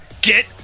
get